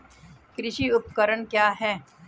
कृषि उपकरण क्या है?